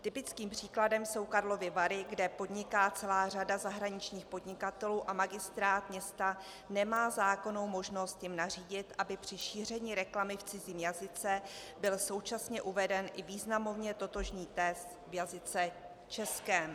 Typickým příkladem jsou Karlovy Vary, kde podniká celá řada zahraničních podnikatelů a magistrát města nemá zákonnou možnost jim nařídit, aby při šíření reklamy v cizím jazyce byl současně uveden i významově totožný text v jazyce českém.